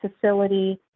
facility